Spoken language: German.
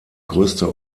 größte